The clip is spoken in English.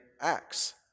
Acts